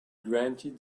granted